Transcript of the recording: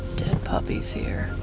dead puppies here.